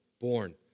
Born